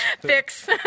Fix